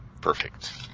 Perfect